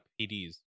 PDs